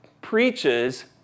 preaches